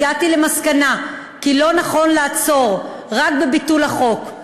הגעתי למסקנה כי לא נכון לעצור רק בביטול החוק,